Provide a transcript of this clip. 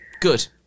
Good